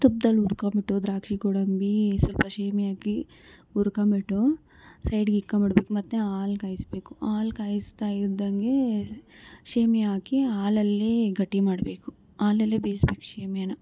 ತುಪ್ದಲ್ಲಿ ಹುರ್ಕೊಂಬಿಟ್ಟು ದ್ರಾಕ್ಷಿ ಗೋಡಂಬಿ ಸ್ವಲ್ಪ ಶೇವಿಯ ಹಾಕಿ ಹುರ್ಕೊಂಬಿಟ್ಟು ಸೈಡ್ಗೆ ಇಕ್ಕಂಬಿಡಬೇಕು ಮತ್ತೆ ಹಾಲು ಕಾಯಿಸಬೇಕು ಹಾಲು ಕಾಯಿಸ್ತಾ ಇದ್ದಂಗೆ ಶೇವಿಯ ಹಾಕಿ ಹಾಲಲ್ಲೇ ಗಟ್ಟಿ ಮಾಡಬೇಕು ಹಾಲಲ್ಲೇ ಬೇಯಿಸಬೇಕು ಶೇವಿಯಾನ